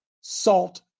salt